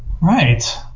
right